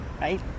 right